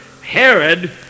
Herod